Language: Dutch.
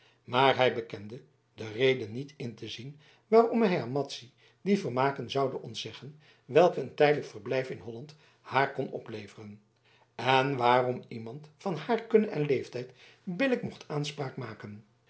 maar hij bekende de reden niet in te zien waarom hij aan madzy die vermaken zoude ontzeggen welke een tijdelijk verblijf in holland haar kon opleveren en waarop iemand van haar kunne en leeftijd billijk mocht aanspraak maken